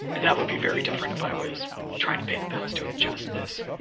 that would be very different if i was trying to pay the bills doing just this.